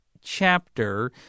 chapter